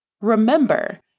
Remember